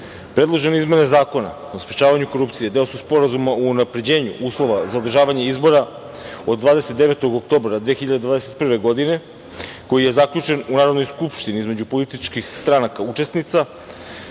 izmene Zakona o sprečavanju korupcije deo su Sporazuma o unapređenju uslova za održavanje izbora od 29. oktobra 2021. godine koji je zaključen u Narodnoj skupštini između političkih stranaka učesnica,